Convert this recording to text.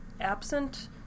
absent